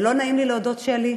ולא נעים לי להודות, שלי,